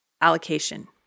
allocation